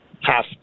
half